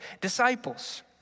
disciples